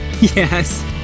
Yes